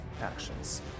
actions